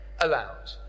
allowed